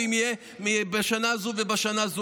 ואם יהיה בשנה הזו או בשנה הזו,